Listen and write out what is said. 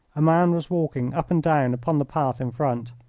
a man was walking up and down upon the path in front.